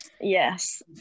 Yes